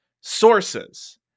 Sources